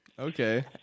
Okay